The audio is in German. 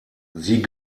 sie